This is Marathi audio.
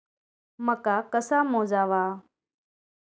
मका कसा मोजावा?